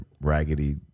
raggedy